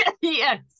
yes